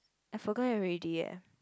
I forgot already eh